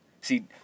See